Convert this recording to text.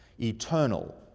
eternal